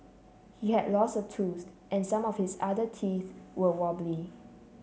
he had lost a tooth and some of his other teeth were wobbly